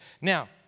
Now